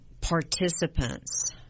participants